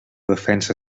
defensa